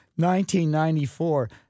1994